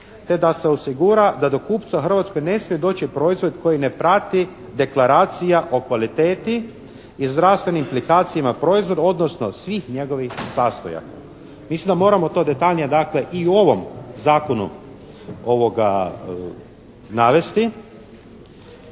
te da se osigura da do kupca u Hrvatskoj ne smije doći proizvod koji ne prati deklaracija o kvalitetni iz zdravstvenih … proizvoda, odnosno svih njegovim sastojaka. Mislim da moramo to detaljnije dakle i u ovom zakonu navesti.